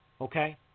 okay